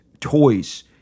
toys